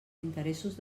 interessos